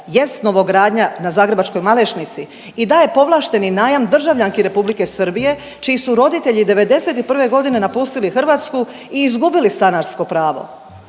jest novogradnja na zagrebačkoj Malešnici i daje povlašteni najam državljanki Republike Srbije čiji su roditelji '91.g. napustili Hrvatsku i izgubili stanarsko pravo.